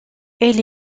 elle